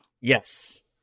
Yes